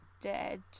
dead